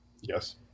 Yes